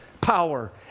power